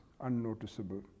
unnoticeable